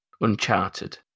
Uncharted